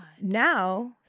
Now